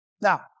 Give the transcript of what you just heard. Now